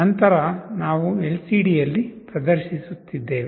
ನಂತರ ನಾವು ಎಲ್ಸಿಡಿಯಲ್ಲಿ ಪ್ರದರ್ಶಿಸುತ್ತಿದ್ದೇವೆ